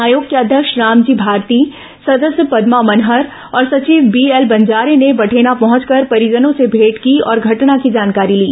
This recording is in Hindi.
आयोग के अध्यक्ष रामजी भारती सदस्य पदमा मनहर और सचिव बीएल बंजारे ने बठेना पहंचकर परिजनों से मेंट की और घटना की जानकारी ली